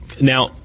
Now